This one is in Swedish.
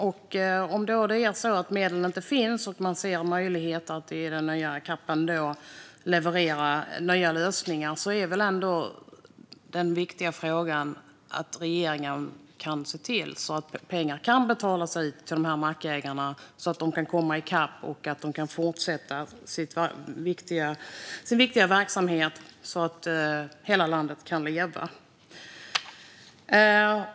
Om medel inte finns och om man ser möjligheter i den nya CAP:en att leverera lösningar kan väl regeringen se till att pengar betalas ut så att mackägarna kommer i kapp och kan fortsätta sin viktiga verksamhet för att hela landet ska leva.